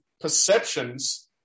perceptions